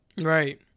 Right